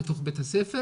בתוך בית הספר,